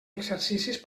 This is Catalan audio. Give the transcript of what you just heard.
exercicis